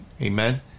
Amen